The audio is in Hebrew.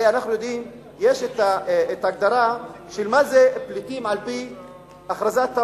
הרי אנחנו יודעים שיש ההגדרה של מה זה פליטים על-פי הכרזת האו"ם,